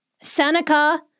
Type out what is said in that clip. Seneca